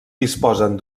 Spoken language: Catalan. disposen